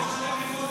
אתה מפריע,